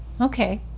Okay